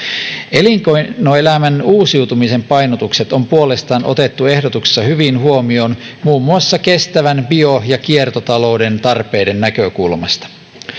elinkeinoelämän uusiutumisen painotukset on puolestaan otettu ehdotuksessa hyvin huomioon muun muassa kestävän bio ja kiertotalouden tarpeiden näkökulmasta